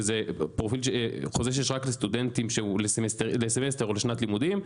שזה חוזה שיש רק לסטודנטים לסמסטר או לשנת לימודים,